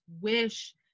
wish